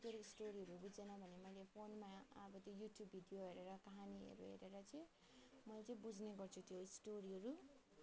कतिवटा स्टोरीहरू बुझेन भने मैले फोनमा अब त्यो यु ट्युब भिडियो हेरेर कहानीहरू हेरेर चाहिँ मैले चाहिँ बुझ्ने गर्छु त्यो स्टोरीहरू अनि